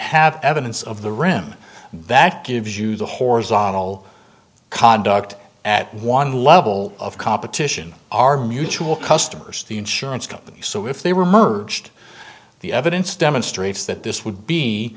have evidence of the room that gives you the horizontal conduct at one level of competition our mutual customers the insurance companies so if they were merged the evidence demonstrates that this would be